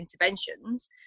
interventions